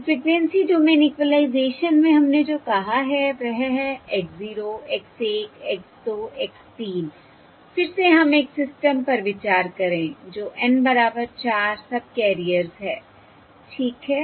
तो frequency domain equalization में हमने जो कहा है वह है X 0 X 1 X 2 X 3 फिर से हम एक सिस्टम पर विचार करें जो N बराबर 4 सबकैरियर्स है ठीक है